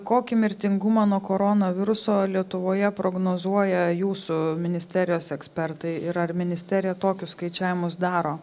kokį mirtingumą nuo koronaviruso lietuvoje prognozuoja jūsų ministerijos ekspertai ir ar ministerija tokius skaičiavimus daro